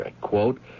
quote